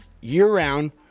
year-round